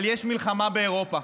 אבל יש מלחמה באירופה,